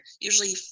usually